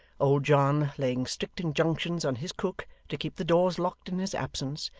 old john, laying strict injunctions on his cook to keep the doors locked in his absence,